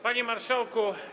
Panie Marszałku!